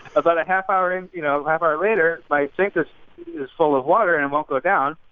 about a half hour in you know, half hour later, my sink is is full of water and won't go down.